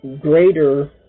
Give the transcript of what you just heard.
Greater